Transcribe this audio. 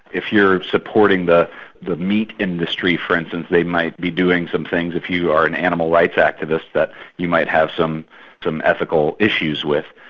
if you're supporting the the meat industry, for instance, they might be doing some things, if you are an animal rights activist, that you might have some some ethical issues with.